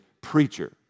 preacher